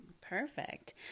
Perfect